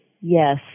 Yes